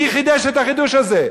מי חידש את החידוש הזה?